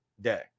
day